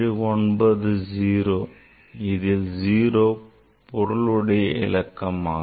1790 இதில் 0 பொருளுடைய இலக்கமாகும்